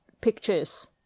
pictures